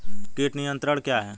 कीट नियंत्रण क्या है?